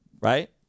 right